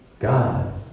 God